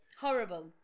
Horrible